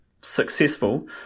successful